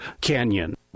CANYON